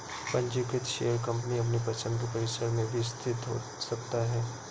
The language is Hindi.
पंजीकृत शेयर कंपनी अपनी पसंद के परिसर में भी स्थित हो सकता है